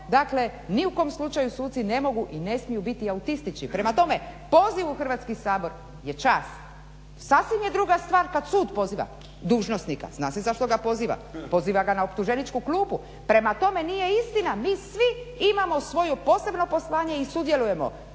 dakle ni u kom slučaju suci ne mogu i ne smiju biti autistični. Prema tome, poziv u Hrvatski sabor je čast, sasvim je druga stvar kada sud poziva dužnosnika, zna se zašto ga poziva, poziva ga na optuženičku klupu. Prema tome nije istina, mi svi imamo svoje posebno poslanje i sudjelujemo.